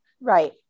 right